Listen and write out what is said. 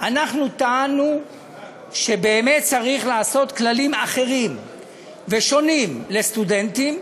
אנחנו טענו שבאמת צריך לעשות כללים אחרים ושונים לסטודנטים,